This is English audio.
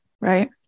right